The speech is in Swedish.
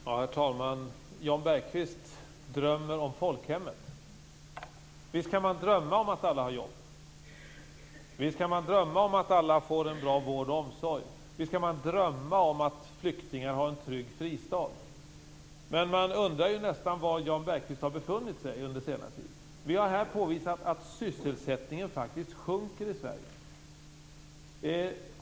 Herr talman! Jan Bergqvist drömmer om folkhemmet. Visst kan man drömma om att alla har jobb, om att alla får en bra vård och omsorg och om att flyktingar har en trygg fristad. Men man undrar nästan var Jan Bergqvist har befunnit sig under senare tid. Vi har här påvisat att sysselsättningen faktiskt sjunker i Sverige.